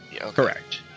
Correct